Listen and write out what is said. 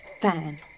fine